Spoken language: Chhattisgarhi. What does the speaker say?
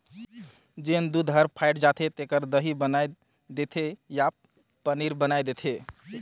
जेन दूद हर फ़ायट जाथे तेखर दही बनाय देथे या पनीर बनाय देथे